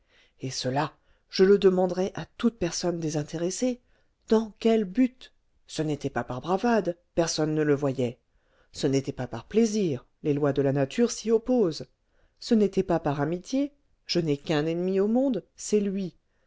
et cela je le demanderai à toute personne désintéressée dans quel but ce n'était pas par bravade personne ne le voyait ce n'était pas par plaisir les lois de la nature s'y opposent ce n'était pas par amitié je n'ai qu'un ennemi au monde c'est lui